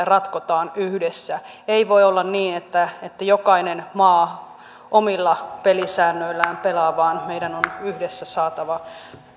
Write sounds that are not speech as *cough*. *unintelligible* ratkotaan yhdessä ei voi olla niin että jokainen maa omilla pelisäännöillään pelaa vaan meidän on yhdessä saatava